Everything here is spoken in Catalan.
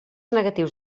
negatius